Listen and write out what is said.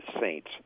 saints